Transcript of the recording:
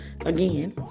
again